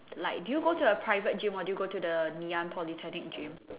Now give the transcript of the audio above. like do you go to a private gym or do you go to the ngee-ann polytechnic gym